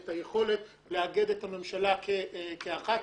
ואת היכולת לאגד את הממשלה כאחת.